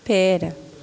पेड़